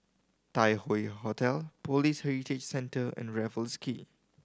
Tai Hoe Hotel Police Heritage Centre and Raffles Quay